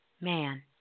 man